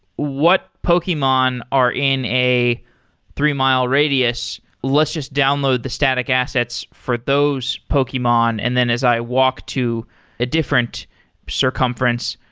what pokemon are in a three mile radius? let's just download the static assets for those pokemon, and then as i walk to a different circumference,